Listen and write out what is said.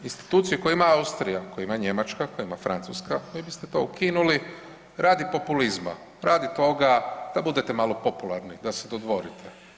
Instituciju koju ima Austrija, koju ima Njemačka, koju ima Francuska, vi biste to ukinuli radi populizma, radi toga da budete malo popularni, da se dodvorite.